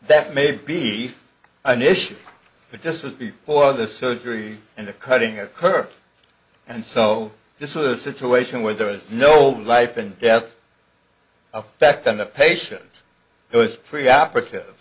that may be an issue but this was before the surgery and the cutting occur and so this is a situation where there is no life and death effect on the patient who is pre operative